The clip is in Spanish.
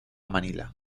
manila